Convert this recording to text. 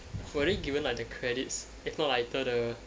were they given like the credits if not like later the